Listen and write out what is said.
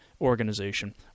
organization